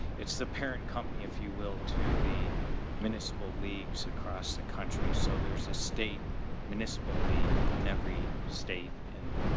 it's the parent company, if you will, to the municipal leagues across the country. so there's a state municipal league in every state and,